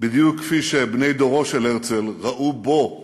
בדיוק כפי שבני דורו של הרצל ראו בו פלא,